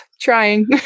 trying